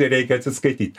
reikia atsiskaityt